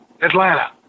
Atlanta